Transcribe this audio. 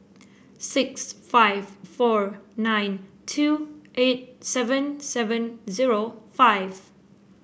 six five four nine two eight seven seven zero five